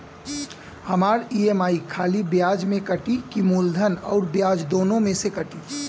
हमार ई.एम.आई खाली ब्याज में कती की मूलधन अउर ब्याज दोनों में से कटी?